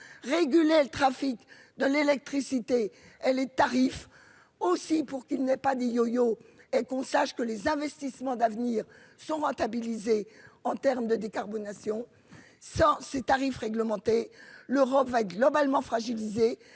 réguler le trafic de l'électricité elle les tarifs aussi pour qu'il n'est pas dit yo-yo et qu'on sache que les investissements d'avenir sont rentabilisé en termes de décarbonation sans ses tarifs réglementés. L'Europe va globalement fragilisé